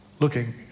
looking